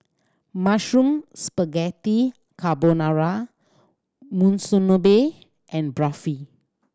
Mushroom Spaghetti Carbonara Monsunabe and Barfi